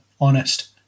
Honest